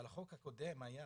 אבל על החוק הוקדם היה